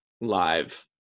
live